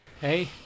Hey